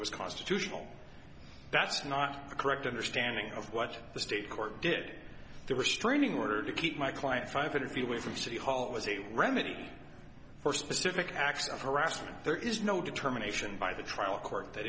was constitutional that's not a correct understanding of what the state court did the restraining order to keep my client five hundred feet away from city hall as a remedy for specific acts of harassment there is no determination by the trial court th